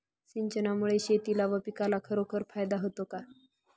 सिंचनामुळे शेतीला व पिकाला खरोखर फायदा होतो का?